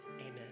amen